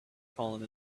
fallen